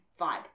vibe